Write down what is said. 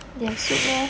they have soup meh